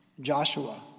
Joshua